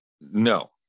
no